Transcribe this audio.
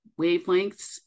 wavelengths